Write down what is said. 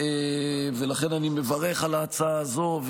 ולכן אני מברך על ההצעה הזו.